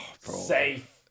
Safe